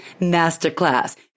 masterclass